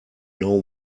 know